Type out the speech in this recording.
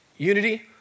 Unity